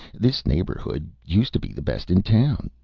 this neighborhood used to be the best in town.